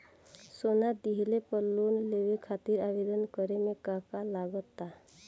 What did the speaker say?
सोना दिहले पर लोन लेवे खातिर आवेदन करे म का का लगा तऽ?